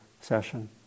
session